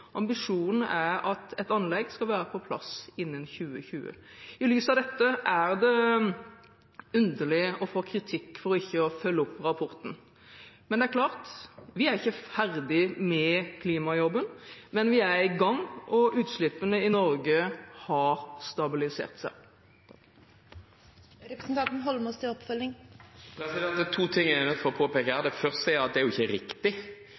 Ambisjonen er at et anlegg skal være på plass innen 2020. I lys av dette er det underlig å få kritikk for ikke å følge opp rapporten. Det er klart vi er ikke ferdige med klimajobben. Men vi er i gang, og utslippene i Norge har stabilisert seg. Det er to ting jeg er nødt til å påpeke her. Det første er at det er ikke riktig